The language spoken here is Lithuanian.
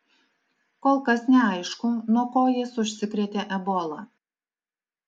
kol kas neaišku nuo ko jis užsikrėtė ebola